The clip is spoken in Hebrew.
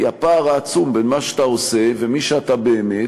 הפער העצום בין מה שאתה עושה ומי שאתה באמת